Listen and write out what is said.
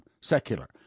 Secular